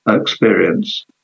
experience